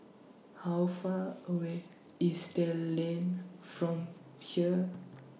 How Far away IS Dell Lane from here